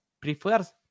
prefers